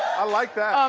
i like that.